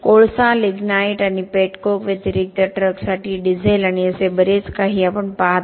कोळसा लिग्नाईट आणि pet coke व्यतिरिक्त ट्रकसाठी डिझेल आणि असे बरेच काही आपण पाहतो